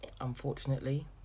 unfortunately